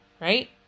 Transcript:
Right